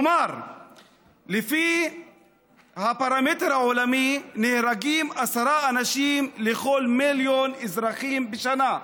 לפי הפרמטר העולמי נהרגים עשרה אנשים לכל מיליון אזרחים בשנה.